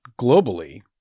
globally